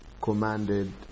commanded